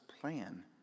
plan